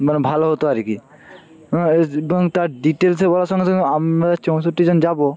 মানে ভালো হতো আর কি এবং তার ডিটেলসে বলার সঙ্গে সঙ্গে আমরা চৌষট্টিজন যাব